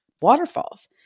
waterfalls